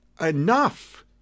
enough